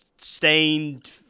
Stained